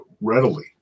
readily